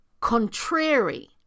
contrary